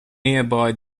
nearby